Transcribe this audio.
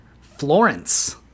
florence